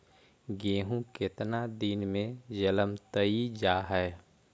गेहूं केतना दिन में जलमतइ जा है?